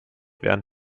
während